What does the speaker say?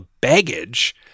baggage